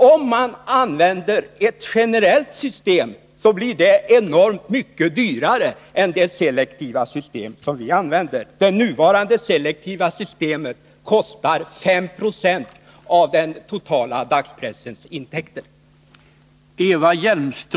Om man använder ett generellt system blir det enormt mycket dyrare att uppehålla mångfald än med det selektiva system som vi använder. Det nuvarande selektiva systemet kostar 5 20 av dagspressens totala intäkter.